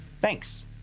Thanks